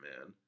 man